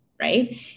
right